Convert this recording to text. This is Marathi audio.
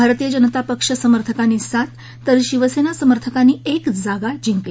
भारतीय जनता पक्ष समर्थकांनी सात तर शिवसेना समर्थकांनी एक जागा जिंकली